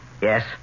Yes